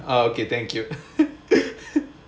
okay thank you